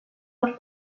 els